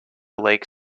lake